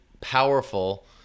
powerful